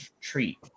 treat